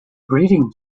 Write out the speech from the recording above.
breeding